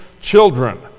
children